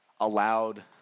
allowed